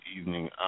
evening